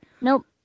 Nope